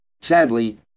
Sadly